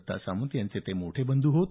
दत्ता सामंत यांचे ते मोठे बंधू होत